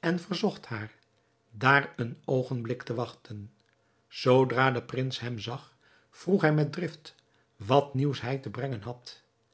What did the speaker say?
en verzocht haar daar een oogenblik te wachten zoodra de prins hem zag vroeg hij met drift wat nieuws hij te brengen had